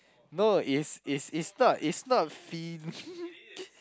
no is is is not is not